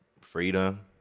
freedom